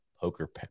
poker